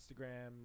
Instagram